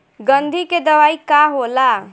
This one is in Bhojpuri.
गंधी के दवाई का होला?